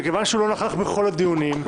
מכיוון שהוא לא נכח בכל הדיונים,